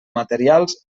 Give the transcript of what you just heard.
materials